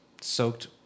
soaked